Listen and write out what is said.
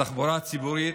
בתחבורה הציבורית,